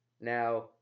Now